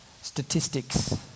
Statistics